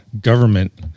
government